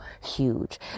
huge